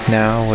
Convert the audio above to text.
now